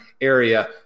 area